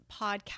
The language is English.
podcast